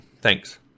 Thanks